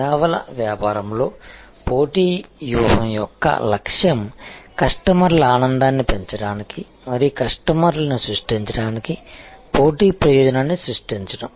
సేవల వ్యాపారంలో పోటీ వ్యూహం యొక్క లక్ష్యం కస్టమర్ల ఆనందాన్ని పెంచడానికి మరియు కస్టమర్ అడ్వకసీ ని సృష్టించడానికి పోటీ ప్రయోజనాన్ని సృష్టించడం